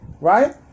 right